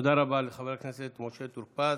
תודה רבה לחבר הכנסת משה טור פז.